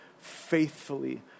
faithfully